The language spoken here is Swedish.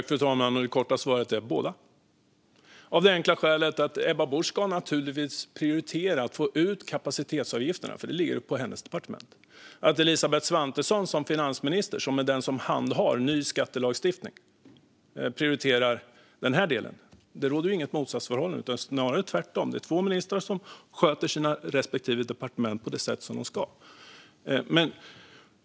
Fru talman! Det korta svaret är båda, av det enkla skälet att Ebba Busch naturligtvis ska prioritera att få ut kapacitetsavgifterna, för det ligger på hennes departement. Att finansminister Elisabeth Svantesson, som handhar ny skattelagstiftning, prioriterar den delen innebär inte att det råder något motsatsförhållande, snarare tvärtom. Det är två ministrar som sköter sitt respektive departement på det sätt som de ska.